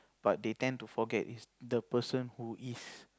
but they tend to forget is the person who is